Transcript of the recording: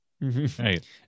right